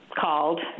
called